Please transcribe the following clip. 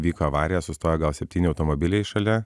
įvyko avarija sustojo gal septyni automobiliai šalia